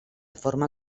forma